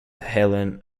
helen